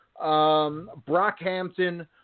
Brockhampton